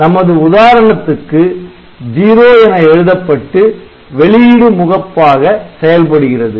நமது உதாரணத்துக்கு '0' என எழுதப்பட்டு வெளியிடு முகப்பாக செயல் படுகிறது